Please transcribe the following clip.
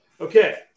Okay